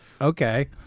okay